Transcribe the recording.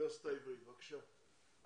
באוניברסיטה העברית, בבקשה.